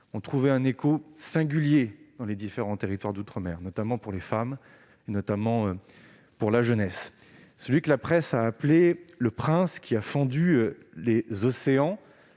ont trouvé un écho singulier dans les différents territoires d'outre-mer, notamment pour les femmes et pour la jeunesse. Le surnom de « prince qui a fendu les océans